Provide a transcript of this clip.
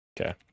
Okay